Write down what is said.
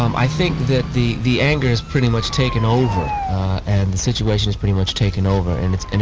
um i think that the, the anger has pretty much taken over, and the situation has pretty much taken over. and it's,